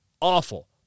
awful